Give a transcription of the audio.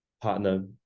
partner